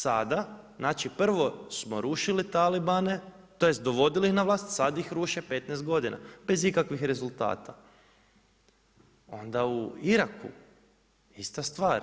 Sada, znači prvo smo rušili talibane, tj. dovodili ih na vlast, sad ih ruše 15 godina bez ikakvih rezultata, onda u Iraku ista stvar.